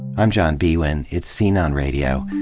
i'm john biewen. it's scene on radio,